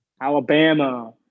Alabama